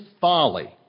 folly